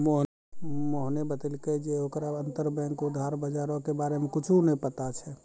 मोहने बतैलकै जे ओकरा अंतरबैंक उधार बजारो के बारे मे कुछु नै पता छै